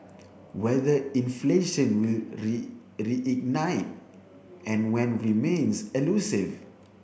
whether inflation will reignite and when remains elusive